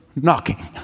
knocking